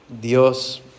Dios